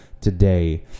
today